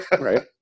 Right